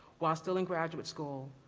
while still in graduate school,